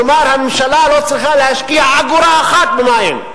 כלומר הממשלה לא צריכה להשקיע אגורה אחת במים.